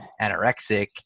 anorexic